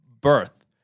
birth